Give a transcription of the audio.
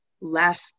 left